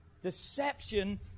Deception